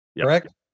Correct